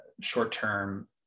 short-term